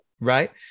right